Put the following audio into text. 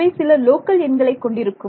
அவை சில லோக்கல் எண்களைக் கொண்டிருக்கும்